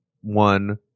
one